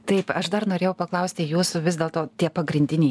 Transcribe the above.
taip aš dar norėjau paklausti jūsų vis dėlto tie pagrindiniai